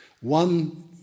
One